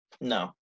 No